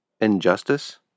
injustice